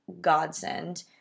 godsend